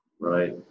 Right